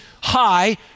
high